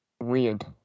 weird